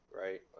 right